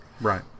Right